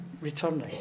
returning